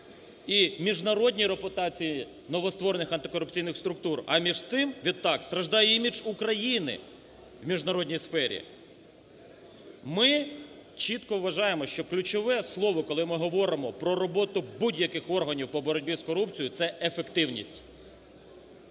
і міжнародній репутації новостворених антикорупційних структур, а між цим, відтак страждає імідж України в міжнародній сфері. Ми чітко вважаємо, що ключове слово, коли ми говоримо про роботу будь-яких органів по боротьбі з корупцією – це ефективність.